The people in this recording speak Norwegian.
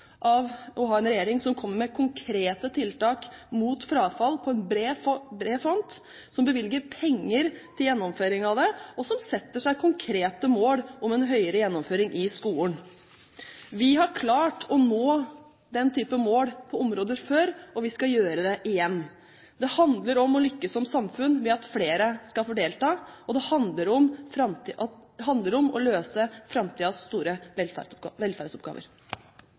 av å ha en regjering som kommer med konkrete tiltak mot frafall på bred front, som bevilger penger til gjennomføring av det, og som setter seg konkrete mål om en høyere gjennomføring i skolen. Vi har klart å nå den type mål på områder før, og vi skal gjøre det igjen. Det handler om å lykkes som samfunn ved at flere skal få delta, og det handler om å løse framtidens store velferdsoppgaver.